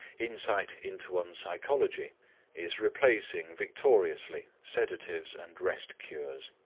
insight into one's psychology is replacing victoriously sedatives and rest cures.